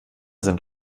sind